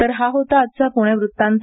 तर हा होता आजचा प्णे वृतांत